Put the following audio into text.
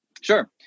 Sure